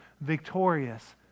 victorious